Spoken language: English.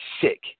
sick